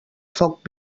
foc